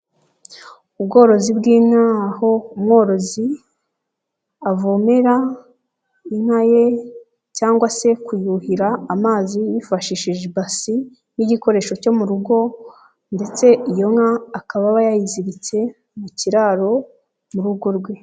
Ubworozi bw'inka, aho umworozi, avomera, inka ye cyangwa se kuyuhira amazi yifashishije ibasi, y'igikoresho cyo mu rugo, ndetse iyo nka akaba aba yayiziritse mu kiraro mu rugo rwe.